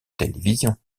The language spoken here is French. télévision